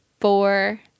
four